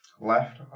Left